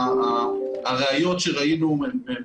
הבעיה היא אחת